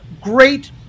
great